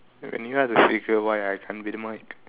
if you are the speaker why I can't be the mic